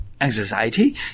anxiety